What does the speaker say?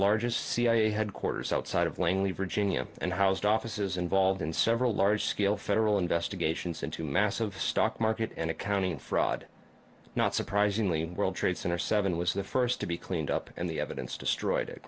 largest cia headquarters outside of langley virginia and housed offices involved in several large scale federal investigations into a massive stock market and accounting fraud not surprisingly the world trade center seven was the first to be cleaned up and the evidence destroyed at